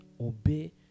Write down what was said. obey